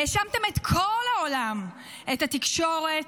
האשמתם את כל העולם, את התקשורת,